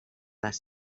les